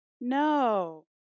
No